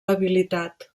habilitat